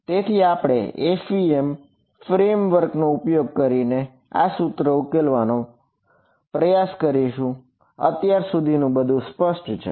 તેથી આપણે એફઈએમ નો ઉપયોગ કરીને આ સૂત્રને ઉકેલવાનો પ્રયાસ કરીશું અત્યાર સુધીનું બધું સ્પષ્ટ છે